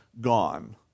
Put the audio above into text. gone